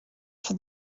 for